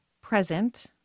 present